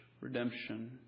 redemption